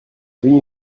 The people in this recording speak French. venu